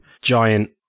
giant